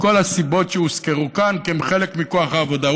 מכל הסיבות שהוזכרו כאן, כי הם חלק מכוח העבודה.